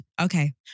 okay